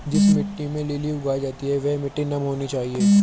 जिस मिट्टी में लिली उगाई जाती है वह नम होनी चाहिए